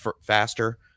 faster